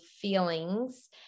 feelings